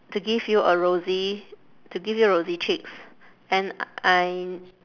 to give you a rosy to give you rosy cheeks and I